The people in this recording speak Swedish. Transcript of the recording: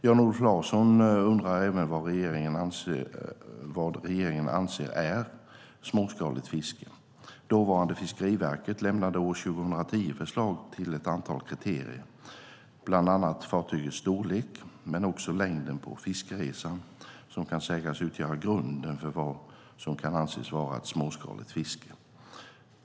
Jan-Olof Larsson undrar även vad regeringen anser är småskaligt fiske. Dåvarande Fiskeriverket lämnade år 2010 förslag till ett antal kriterier, bland annat fartygens storlek men också längden på fiskeresan, som kan sägas utgöra grunden för vad som kan anses vara ett småskaligt fiske.